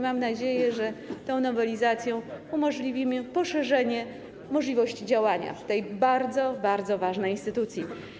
Mam nadzieję, że tą nowelizacją umożliwimy poszerzenie możliwości działania tej bardzo, bardzo ważnej instytucji.